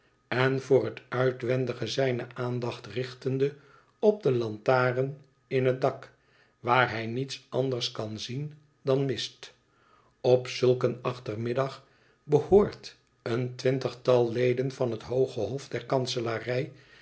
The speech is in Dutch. en voor het uitwendige zijne aandacht richtende op de lantaren in het dak waar hij niets anders kan zien dan mist op zulk een achtermiddag behoort een twintigtal leden van het hooge hof der